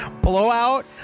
blowout